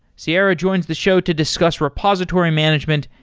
ciera joins the show to discuss repository management,